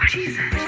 Jesus